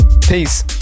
peace